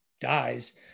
dies